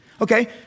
Okay